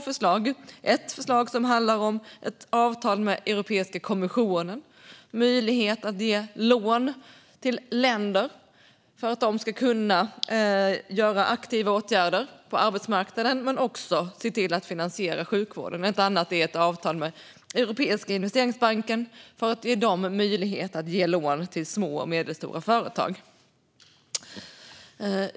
Det ena förslaget handlar om ett avtal med Europeiska kommissionen om möjlighet att ge lån till länder för att de ska kunna vidta aktiva åtgärder på arbetsmarknaden men också kunna finansiera sjukvården. Det andra förslaget är ett avtal med Europeiska investeringsbanken för att ge dem möjlighet att ge lån till små och medelstora företag.